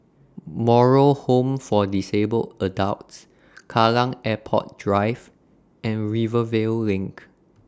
Moral Home For Disabled Adults Kallang Airport Drive and Rivervale LINK